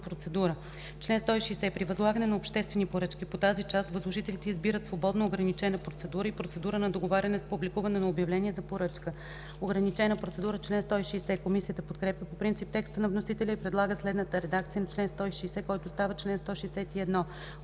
процедура Чл. 160. При възлагане на обществени поръчки по тази част възложителите избират свободно ограничена процедура и процедура на договаряне с публикуване на обявление за поръчка.” Комисията подкрепя по принцип текста на вносителя и предлага следната редакция на чл. 160, който става чл. 161: